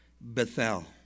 Bethel